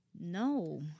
no